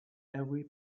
every